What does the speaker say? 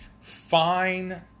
Fine